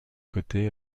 côtés